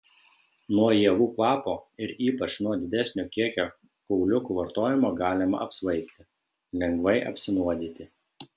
nuo ievų kvapo ir ypač nuo didesnio kiekio kauliukų vartojimo galima apsvaigti lengvai apsinuodyti